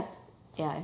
ya